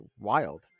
wild